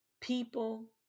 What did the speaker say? people